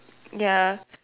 ya